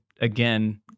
again